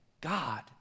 God